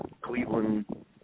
Cleveland